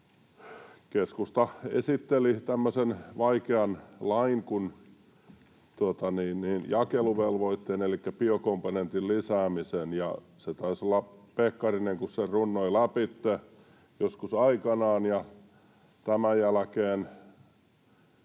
tämmöisen vaikean lain kuin lain jakeluvelvoitteesta elikkä biokomponentin lisäämisestä. Se taisi olla Pekkarinen, joka sen runnoi läpi joskus aikanaan,